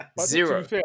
Zero